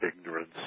ignorance